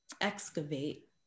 excavate